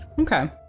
Okay